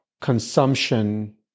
consumption